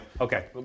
Okay